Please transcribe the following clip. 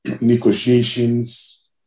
negotiations